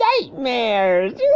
nightmares